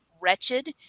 wretched